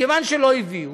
מכיוון שלא הביאו,